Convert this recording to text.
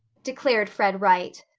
declared fred wright.